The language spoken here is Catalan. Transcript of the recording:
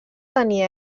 tenir